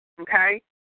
Okay